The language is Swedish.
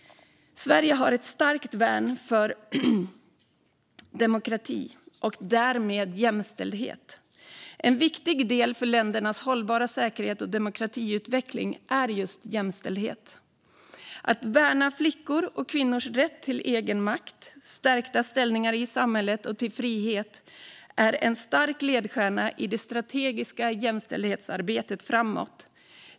Sverige har ett starkt värn för demokrati och därmed jämställdhet. En viktig del av länders hållbara säkerhet och demokratiutveckling är just jämställdhet. Att värna flickors och kvinnors rätt till egenmakt, till stärkt ställning i samhället och till frihet är en stark ledstjärna i det strategiska jämställdhetsarbetet framåt.